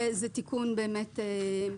זה באמת תיקון נוסחי.